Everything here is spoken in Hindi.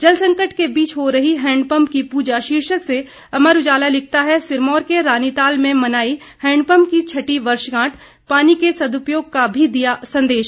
जल संकट के बीच हो रही हैंडपम्प की पूजा शीर्षक से अमर उजाला लिखता है सिरमौर के रानीताल में मनाई हैंडपम्प की छठी वर्षगांठ पानी के सद्पयोग का भी दिया संदेश